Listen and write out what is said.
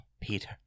Peter